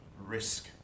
risk